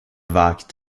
wagt